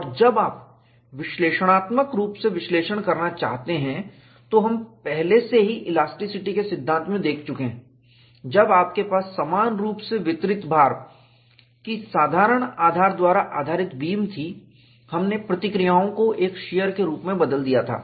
और जब आप विश्लेषणात्मक रूप से विश्लेषण करना चाहते हैं तो हम पहले से ही इलास्टिसिटी के सिद्धांत में देख चुके हैं जब आपके पास समान रूप से वितरित भार यूनिफॉर्मली डिस्ट्रिब्यूटेड लोड की साधारण आधार द्वारा आधारित बीम थीहमने प्रतिक्रियाओं को एक शीयर के रूप में बदल दिया था